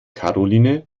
karoline